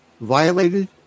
violated